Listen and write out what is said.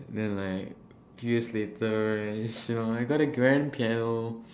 and then like few years later you know I got a grand piano